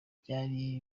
byari